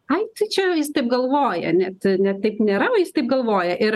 ai tai čia jis taip galvoja net net taip nėra o jis taip galvoja ir